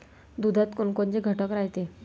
दुधात कोनकोनचे घटक रायते?